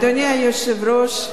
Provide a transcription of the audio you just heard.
אדוני היושב-ראש,